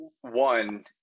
one